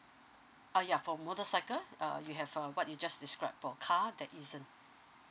ah ya for motorcycle err you have err what you just describe for car there isn't